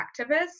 activists